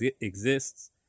exists